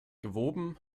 gewoben